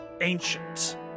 ancient